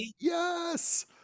yes